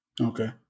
Okay